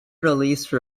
release